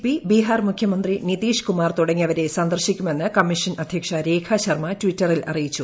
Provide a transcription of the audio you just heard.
P Bihar മുഖ്യമന്ത്രി നിതീഷ് കുമാർ തുടങ്ങിയവരെ സന്ദർശിക്കുമെന്ന് കമ്മീഷൻ അദ്ധ്യക്ഷ രേഖാശർമ്മ ടിറ്ററിൽ അറിയിച്ചു